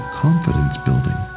confidence-building